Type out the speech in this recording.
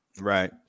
Right